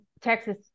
Texas